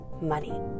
money